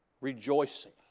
rejoicing